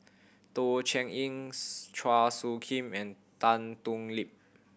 Teh Cheang Chua Soo Khim and Tan Thoon Lip